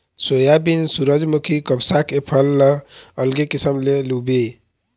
soybean, सूरजमूखी, कपसा के फसल ल अलगे किसम ले लूबे